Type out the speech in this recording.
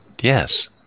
Yes